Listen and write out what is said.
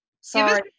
Sorry